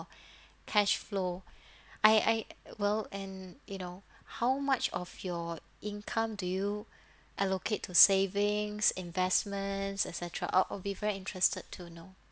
cash flow I I well and you know how much of your income do you allocate to savings investments et cetera I'll I'll be very interested to know